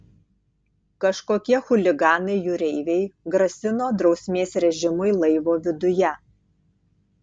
kažkokie chuliganai jūreiviai grasino drausmės režimui laivo viduje